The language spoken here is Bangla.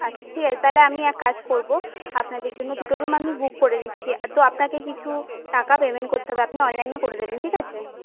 আচ্ছা ঠিক আছে তাহলে আমি এক কাজ করবো আপনাদের জন্য দুটো রুম আমি বুক করে দিচ্ছি তো আপনাকে কিছু টাকা পেমেন্ট করতে হবে আপনি অনলাইনে করে দেবেন ঠিক আছে